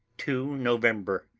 two november.